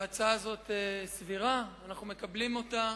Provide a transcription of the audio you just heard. ההצעה הזאת סבירה ואנחנו מקבלים אותה.